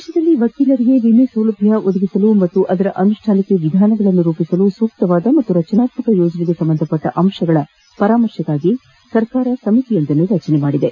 ದೇಶದಲ್ಲಿ ವಕೀಲರಿಗೆ ವಿಮೆ ಸೌಲಭ್ಯ ಒದಗಿಸಲು ಮತ್ತು ಅದರ ಅನುಷ್ಠಾನಕ್ಕೆ ವಿಧಾನಗಳನ್ನು ರೂಪಿಸಲು ಸೂಕ್ತವಾದ ಮತ್ತು ರಚನಾತ್ಮಕ ಯೋಜನೆಗೆ ಸಂಬಂಧಿಸಿದ ಅಂಶಗಳ ಪರಾಮರ್ಶೆಗೆ ಸರಕಾರ ಸಮಿತಿಯೊಂದನ್ನು ರಚಿಸಿದೆ